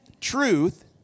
truth